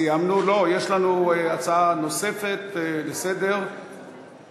ההצעה להעביר את הנושא לוועדת הפנים